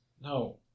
No